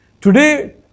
Today